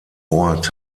ort